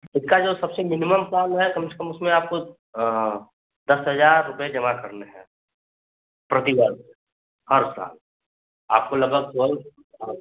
इसका जो सबसे मिनिमम प्लान है कम से कम उसमें आपको दस हज़ार रुपये जमा करने हैं प्रतिवर्ष हर साल आपको लगभग हाँ